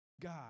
God